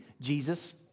Jesus